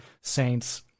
saints